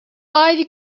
ivy